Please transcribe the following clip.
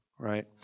Right